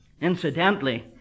Incidentally